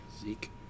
Zeke